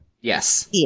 yes